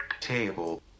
table